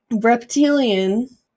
reptilian